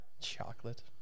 chocolate